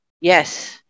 Yes